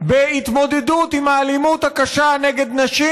בהתמודדות עם האלימות הקשה נגד נשים